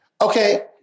Okay